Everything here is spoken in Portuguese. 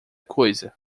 coisa